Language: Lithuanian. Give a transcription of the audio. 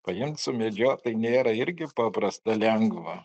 paimt sumedžiot tai nėra irgi paprasta lengva